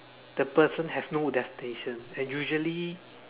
the person has no destination and usually